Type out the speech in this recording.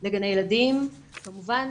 לגני ילדים, כמובן.